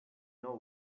know